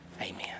Amen